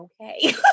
okay